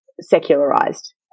secularized